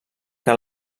que